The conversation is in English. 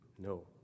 No